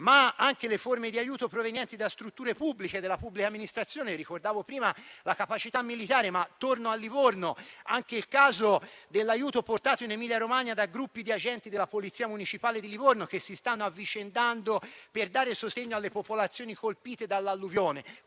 ma anche le forme di aiuto provenienti da strutture pubbliche della pubblica amministrazione: ricordavo prima la capacità militare. Ma torno a Livorno, e al caso dell'aiuto portato in Emilia-Romagna da gruppi di agenti della Polizia municipale di Livorno, che si stanno avvicendando per dare sostegno alle popolazioni colpite dall'alluvione,